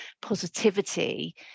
positivity